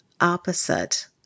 opposite